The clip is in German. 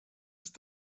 ist